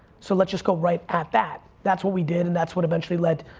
so let's just go right at that, that's what we did and that's what eventually lead